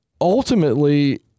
Ultimately